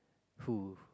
who